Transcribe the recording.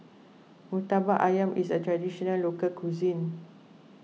Murtabak Ayam is a Traditional Local Cuisine